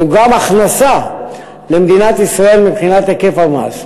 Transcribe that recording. זו גם הכנסה למדינת ישראל מבחינת היקף המס.